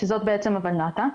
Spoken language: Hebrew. שזאת בעצם הולנת"ע.